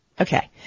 Okay